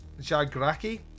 Jagraki